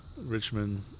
richmond